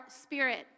spirit